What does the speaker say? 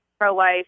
pro-life